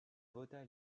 vota